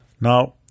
Now